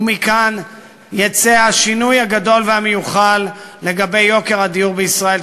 ומכאן יצא השינוי הגדול והמיוחל לגבי יוקר הדיור בישראל.